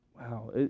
wow